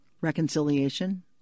reconciliation